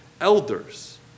elders